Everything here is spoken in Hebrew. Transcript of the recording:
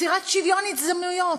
יצירת שוויון הזדמנויות,